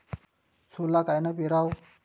सोला कायनं पेराव?